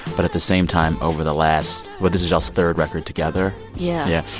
but at the same time, over the last what? this is y'all's third record together? yeah yeah.